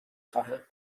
خواهم